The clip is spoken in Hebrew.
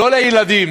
לא לילדים,